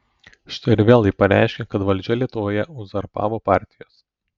štai ir vėl ji pareiškė kad valdžią lietuvoje uzurpavo partijos